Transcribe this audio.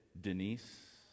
Denise